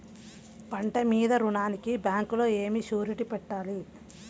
పంట మీద రుణానికి బ్యాంకులో ఏమి షూరిటీ పెట్టాలి?